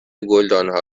گلدانها